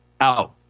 out